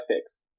picks